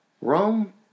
Rome